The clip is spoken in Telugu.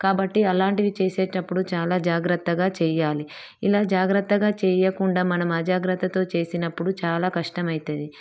కాబట్టి అలాంటివి చేసేటప్పుడు చాలా జాగ్రత్తగా చేయాలి ఇలా జాగ్రత్తగా చేయకుండా మనం అజాగ్రత్తతో చేసినప్పుడు చాలా కష్టమైతుంది